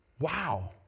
Wow